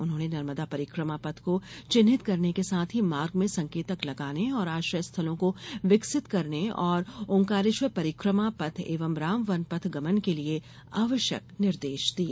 उन्होंने नर्मदा परिक्रमा पथ को चिन्हित करने के साथ ही मार्ग में संकेतक लगाने और आश्रय स्थलों को विकसित करने और ओंकारेश्वर परिक्रमा पथ एवं राम वन पथ गमन के लिए आवश्यक निर्देश दिए